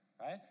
right